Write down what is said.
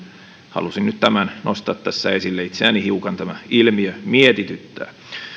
halusin nyt tämän nostaa tässä esille itseäni hiukan tämä ilmiö mietityttää